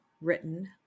written